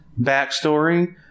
backstory